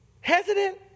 Hesitant